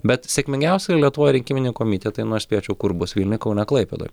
bet sėkmingiausi lietuvoj rinkiminiai komitetai nu aš spėčiau kur bus vilniuj kaune klaipėdoj